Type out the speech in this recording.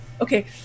Okay